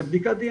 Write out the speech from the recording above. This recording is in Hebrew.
זה בדיקת דנ”א,